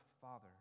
Father